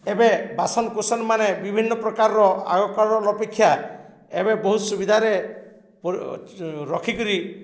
ଏବେ ବାସନ୍କୁସନ୍ମାନେ ବିଭିନ୍ନପ୍ରକାରର ଆଗ କାଲର୍ ଅପେକ୍ଷା ଏବେ ବହୁତ୍ ସୁବିଧାରେ ରଖିକିରି